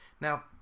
Now